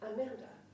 Amanda